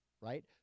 right